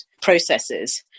processes